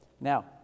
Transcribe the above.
Now